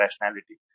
rationality